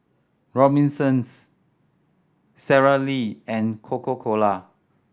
Robinsons Sara Lee and Coca Cola